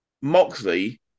Moxley